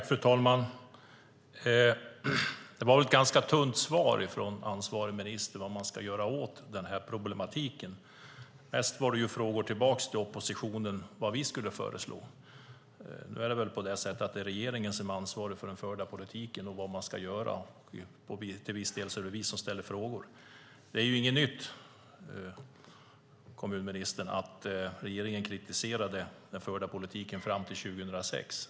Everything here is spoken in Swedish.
Fru talman! Det var ett ganska tunt svar från ansvarig minister när det gäller vad man ska göra åt den här problematiken. Mest var det frågor tillbaka till oppositionen om vad vi skulle föreslå. Nu är det väl på det sättet att det är regeringen som är ansvarig för den förda politiken och vad man ska göra. Till viss del är det vi som ställer frågor. Det är inget nytt, kommunministern, att regeringen kritiserade den förda politiken fram till 2006.